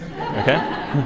Okay